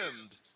end